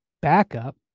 backup